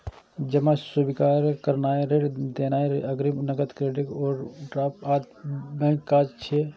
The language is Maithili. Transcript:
जमा स्वीकार करनाय, ऋण देनाय, अग्रिम, नकद, क्रेडिट, ओवरड्राफ्ट आदि बैंकक काज छियै